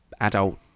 adult